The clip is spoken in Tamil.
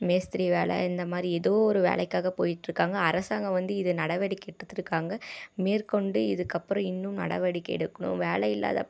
மேஸ்த்ரி வேலை இந்த மாதிரி ஏதோ ஒரு வேலைக்காக போயிட்டுருக்காங்க அரசாங்கம் வந்து இதை நடவடிக்கை எடுத்துருக்காங்க மேற்கொண்டு இதுக்கப்புறம் இன்னும் நடவடிக்கை எடுக்கணும் வேலையில்லாத